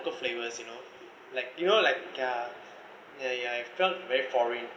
the flavors you know like you know like ya ya ya I felt very foreign